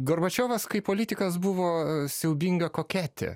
gorbačiovas kaip politikas buvo siaubinga koketė